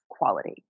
quality